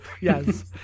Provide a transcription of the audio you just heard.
Yes